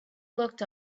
looked